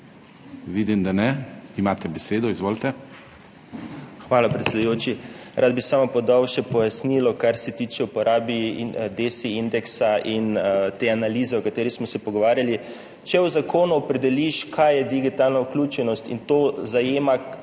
MARTIN MARZIDOVŠEK (PS Svoboda): Hvala, predsedujoči. Rad bi samo podal še pojasnilo, kar se tiče uporabe DESI indeksa in te analize, o kateri smo se pogovarjali. Če v zakonu opredeliš, kaj je digitalna vključenost in kaj zajema,